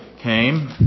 came